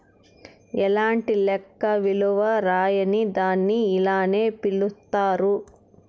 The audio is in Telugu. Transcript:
ఎలాంటి లెక్క విలువ రాయని దాన్ని ఇలానే పిలుత్తారు